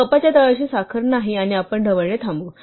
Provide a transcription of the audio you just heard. कपच्या तळाशी साखर नाही आणि आपण ढवळणे थांबवू